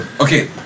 okay